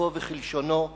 ככתבו וכלשונו,